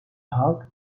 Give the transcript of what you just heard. halk